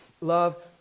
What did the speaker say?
love